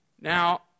Now